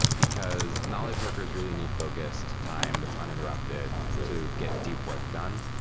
because knowledge workers really need focused time that's uninterrupted to get deep work done.